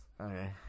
Okay